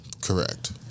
Correct